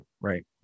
right